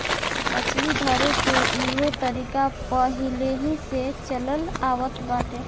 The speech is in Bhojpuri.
मछली धरेके के इहो तरीका पहिलेही से चलल आवत बाटे